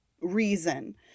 reason